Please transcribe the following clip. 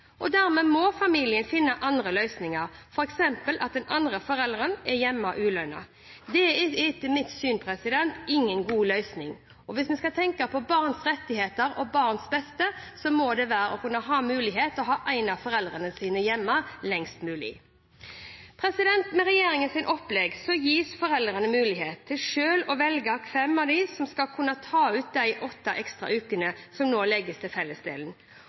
Dermed må familien finne andre løsninger, f.eks. at den andre forelderen er hjemme ulønnet. Det er etter mitt syn ingen god løsning. Hvis vi skal tenke på barns rettigheter og barns beste, må det være å kunne ha mulighet til å ha en av foreldrene sine hjemme lengst mulig. Med regjeringens opplegg gis foreldrene mulighet til selv å velge hvem av dem som skal kunne ta ut de åtte ekstra ukene som nå legges til fellesdelen,